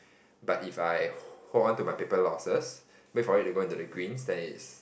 but if I hold on to my paper loses wait for it to go into the green then is